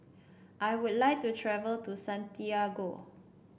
I would like to travel to Santiago